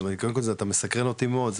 אתה מסקרן אותי מאוד,